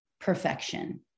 perfection